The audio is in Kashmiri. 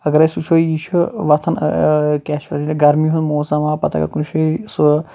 اگر أسۍ وٕچھو یہِ چھُ وۄتھان کیٛاہ چھِ گرمی ہُنٛد موسم آو پَتہٕ اگر کُنہِ جایہِ سُہ